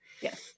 Yes